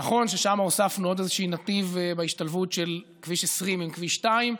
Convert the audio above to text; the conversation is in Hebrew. נכון ששם הוספנו עוד איזשהו נתיב בהשתלבות של כביש 20 עם כביש 2,